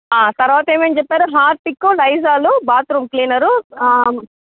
తర్వాత ఏమేం చెప్పారు హార్పిక్కు లైజాలు బాత్రూం క్లీనరు